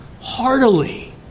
heartily